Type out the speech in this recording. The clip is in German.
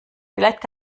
vielleicht